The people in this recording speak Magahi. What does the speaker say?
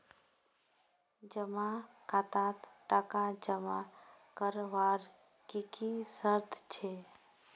जमा खातात टका जमा करवार की की शर्त छे?